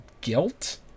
guilt